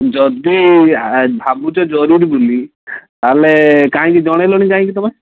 ଯଦି ଭାବୁଛ ଜରୁରୀ ବୋଲି ତା'ହେଲେ କାହିଁକି ଜଣାଇଲନି କାହିଁକି ତୁମେ